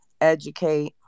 educate